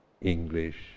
English